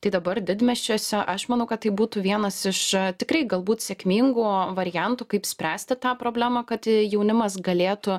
tai dabar didmiesčiuose aš manau kad tai būtų vienas iš tikrai galbūt sėkmingų variantų kaip spręsti tą problemą kad jaunimas galėtų